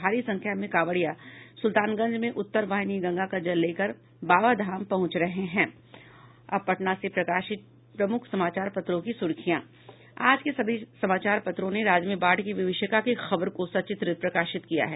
भारी संख्या में कांवरियां सुल्तानगंज में उत्तर वाहिनी गंगा का जल लेकर बाबाधाम पहुंच रहे हैं अब पटना से प्रकाशित प्रमुख समाचार पत्रों की सुर्खियां आज के सभी समाचार पत्रों ने राज्य में बाढ़ की विभिषिका की खबर को सचित्र प्रकाशित किया है